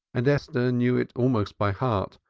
and esther knew it almost by heart,